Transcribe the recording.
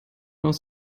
aus